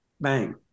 bang